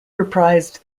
reprised